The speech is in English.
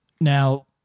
Now